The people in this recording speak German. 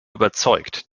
überzeugt